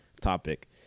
topic